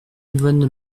yvonne